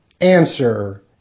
Answer